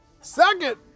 second